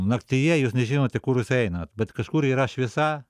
naktyje jūs nežinote kur jūs einat bet kažkur yra šviesa